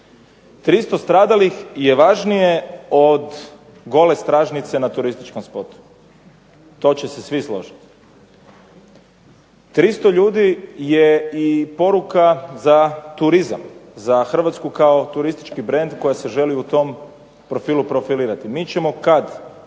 300 stradali je važnije od gole stražnjice na turističkom spotu, to će se svi složiti, 300 ljudi je i poruka za turizam, za Hrvatsku kao turistički brend koja se želi u tom profilu profilirati. Mi ćemo kad uđemo